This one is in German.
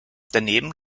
daneben